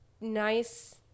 nice